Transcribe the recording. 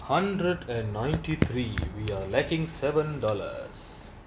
hundred and ninety three we are lacking seven dollars